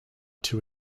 two